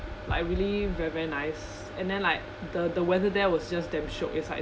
like really very very nice and then like the the weather there was just damn shiok it's like